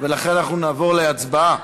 לכן אנחנו נעבור להצבעה.